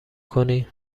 کنی